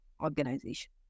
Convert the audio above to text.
organization